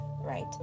right